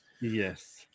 Yes